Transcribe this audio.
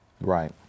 Right